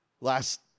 Last